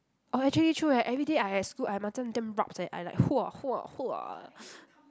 oh actually true eh every day I at school I macam damn rabs eh I like